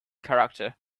character